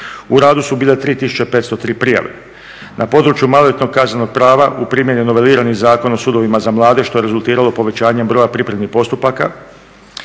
U radu su bile 3503 prijave. Na području maloljetnog prava u primjeni je novelirani zakon o sudovima za mlade što je rezultiralo povećanjem broja pripremnih postupaka.